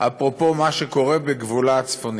אפרופו מה שקורה בגבול הצפוני,